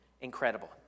incredible